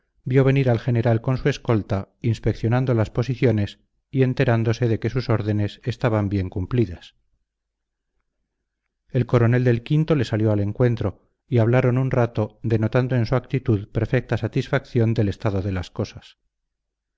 vio venir al general con su escolta inspeccionando las posiciones y enterándose de que sus órdenes estaban bien cumplidas el coronel del o le salió al encuentro y hablaron un rato denotando en su actitud perfecta satisfacción del estado de las cosas